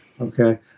Okay